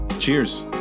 Cheers